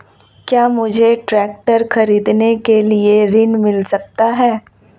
क्या मुझे ट्रैक्टर खरीदने के लिए ऋण मिल सकता है?